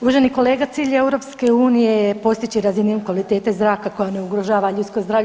Uvaženi kolega cilj EU je postići razinu kvalitete zraka koja ne ugrožava ljudsko zdravlje.